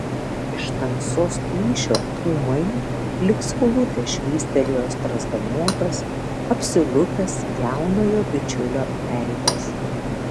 iš tamsos plyšio ūmai lyg saulutė švystelėjo strazdanotas apsilupęs jaunojo bičiulio veidas